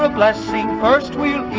ah blessing. first we eat,